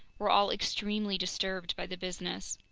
were all extremely disturbed by the business.